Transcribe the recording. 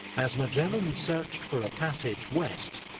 as magellan searched for a passage west,